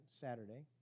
Saturday